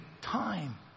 time